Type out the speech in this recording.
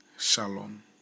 Shalom